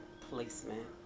placement